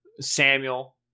Samuel